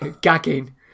Gagging